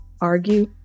argue